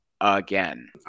again